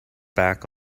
back